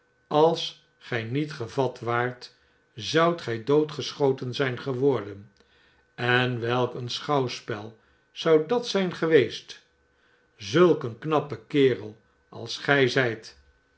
als gij niet gevat waart zoudt gij doodgeschoten zijn geworden en welk een schouwspel zou dat zijn geweest zulk een knappe kerel als gij